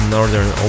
Northern